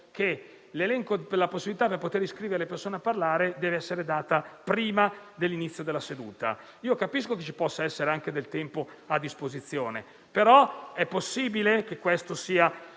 viene detto che la possibilità di iscrivere le persone a parlare deve essere data prima dell'inizio della seduta. Capisco che possa esserci anche tempo a disposizione, però è possibile che questo si